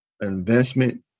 investment